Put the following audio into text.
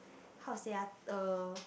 how to say ah uh